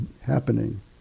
happening